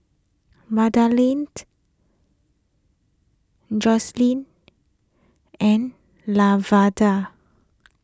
Magdalene Jocelynn and Lavonda